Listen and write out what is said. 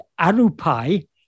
Arupai